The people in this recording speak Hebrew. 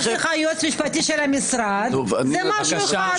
יש לך יועץ משפטי של הכנסת, זה משהו אחד.